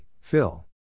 Phil